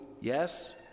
yes